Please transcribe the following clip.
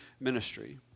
ministry